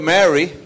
Mary